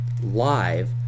Live